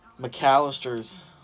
McAllister's